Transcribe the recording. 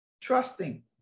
Trusting